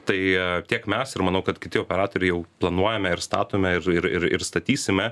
tai tiek mes ir manau kad kiti operatoriai jau planuojame ir statome ir ir ir ir statysime